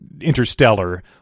Interstellar